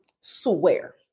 Swear